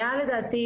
לדעתי,